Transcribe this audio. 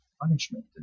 punishment